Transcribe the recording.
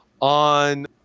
on